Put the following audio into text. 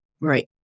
Right